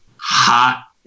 hot